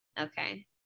Okay